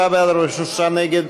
34 בעד, 43 נגד,